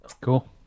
cool